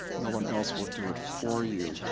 no one else will do it for you.